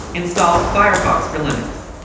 install firefox for linux.